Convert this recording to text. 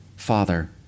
Father